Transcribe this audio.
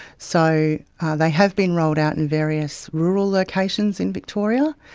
so they have been rolled out in various rural locations in victoria,